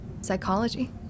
psychology